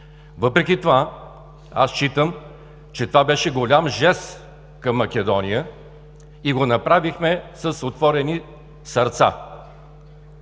Въпреки това, аз считам, че това беше голям жест към Македония и го направихме с отворени сърца.